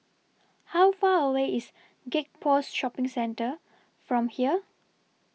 How Far away IS Gek Poh Shopping Centre from here